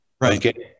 Right